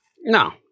No